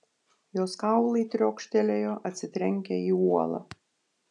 jos kaulai triokštelėjo atsitrenkę į uolą